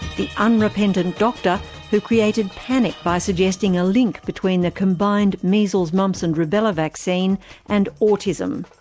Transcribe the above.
the unrepentant doctor who created panic by suggesting a link between the combined measles, mumps and rubella vaccine and autism.